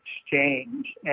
exchange